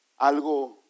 algo